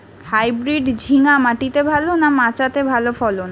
Hybrid ঝিঙ্গা মাটিতে ভালো না মাচাতে ভালো ফলন?